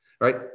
right